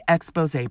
Expose